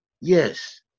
Yes